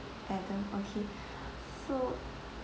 adam okay so